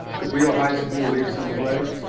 cabrillo high school will lead us in the pledge.